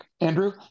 Andrew